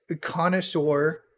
Connoisseur